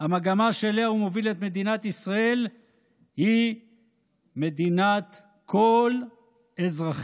המגמה שאליה הוא מוביל את מדינת ישראל היא מדינת כל אזרחיה.